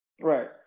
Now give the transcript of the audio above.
Right